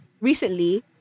Recently